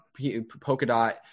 Polkadot